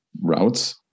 routes